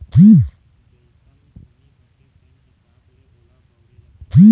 जइसन भूमि होथे तेन हिसाब ले ओला बउरे जाथे